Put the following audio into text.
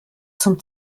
zum